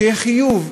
שיהיה חיוב,